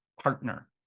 partner